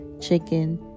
chicken